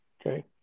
Okay